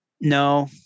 No